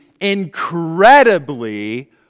incredibly